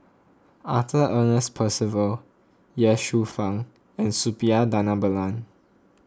Arthur Ernest Percival Ye Shufang and Suppiah Dhanabalan